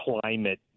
climate